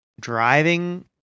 driving